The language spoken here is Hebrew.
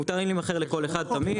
מותרים להימכר לכל אחד תמיד.